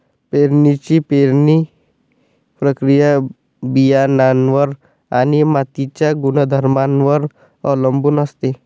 पेरणीची पेरणी प्रक्रिया बियाणांवर आणि मातीच्या गुणधर्मांवर अवलंबून असते